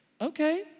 okay